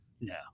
No